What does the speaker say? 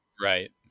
Right